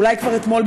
אולי כבר אתמול,